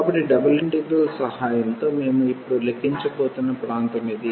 కాబట్టి double integral సహాయంతో మేము ఇప్పుడు లెక్కించబోతున్న ప్రాంతం ఇది